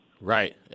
Right